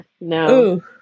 no